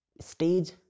stage